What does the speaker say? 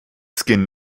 skin